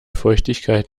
feuchtigkeit